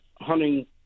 hunting